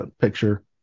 Picture